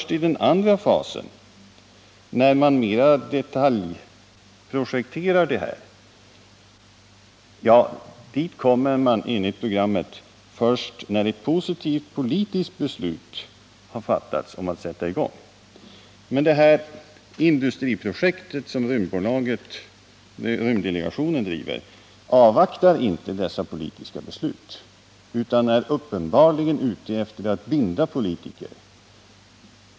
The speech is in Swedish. Till den andra fasen — detaljprojekteringen — kommer man, enligt programmet, först när ett positivt politiskt beslut har fattats om att sätta i gång. Men det industriprojekt som rymddelegationen driver avvaktar inte dessa politiska beslut utan är uppenbarligen ute efter att binda politiker.